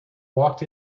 walked